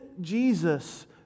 Jesus